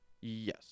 Yes